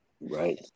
Right